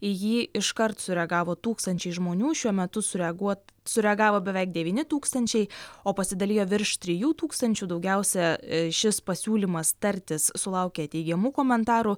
į jį iškart sureagavo tūkstančiai žmonių šiuo metu sureaguot sureagavo beveik devyni tūkstančiai o pasidalijo virš trijų tūkstančių daugiausia šis pasiūlymas tartis sulaukė teigiamų komentarų